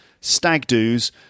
stag-doos